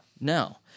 No